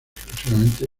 exclusivamente